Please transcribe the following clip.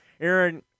Aaron